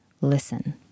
Listen